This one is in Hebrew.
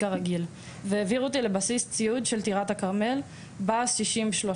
כרגיל והעבירו אותי לבסיס ציוד של טירת הכרמל בה"ס 9013